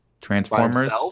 transformers